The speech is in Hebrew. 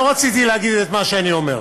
לא רציתי להגיד את מה שאני אומר,